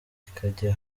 ikajya